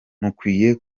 mukwiye